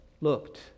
looked